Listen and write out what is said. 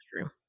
true